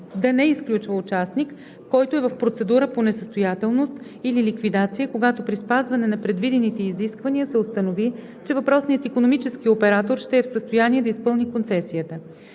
да не изключва участник, който е в процедура по несъстоятелност или ликвидация, когато при спазване на предвидените изисквания се установи, че въпросният икономически оператор ще е в състояние да изпълни концесията.